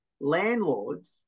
landlords